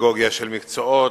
פדגוגיה של מקצועות,